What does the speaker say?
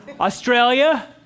Australia